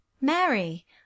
Mary